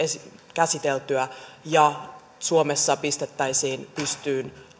käsiteltyä ja suomessa pistettäisiin pystyyn